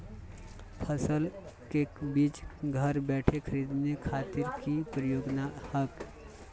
फसल के बीज घर बैठे खरीदे खातिर की प्रक्रिया हय?